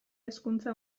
hezkuntza